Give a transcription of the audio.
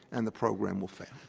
and the program will fail.